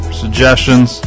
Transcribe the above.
suggestions